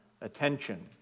attention